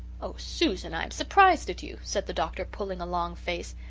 oh, susan, i'm surprised at you, said the doctor, pulling a long face.